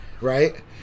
Right